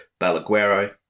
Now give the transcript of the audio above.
Balaguero